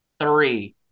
three